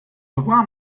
revoir